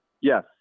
yes